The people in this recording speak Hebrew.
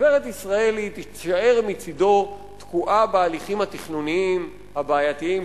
גברת ישראלי תישאר מצדו תקועה בהליכים התכנוניים הבעייתיים,